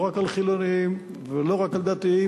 לא רק על חילונים ולא רק על דתיים,